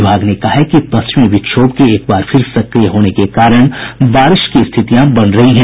विभाग ने कहा कि पश्चिमी विक्षोभ के एक बार फिर सक्रिय होने के कारण बारिश की स्थितियां बन रही हैं